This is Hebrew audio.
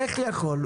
איך הוא יכול?